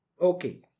Okay